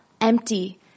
empty